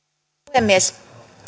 puhemies